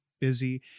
Busy